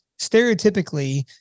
stereotypically